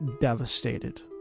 devastated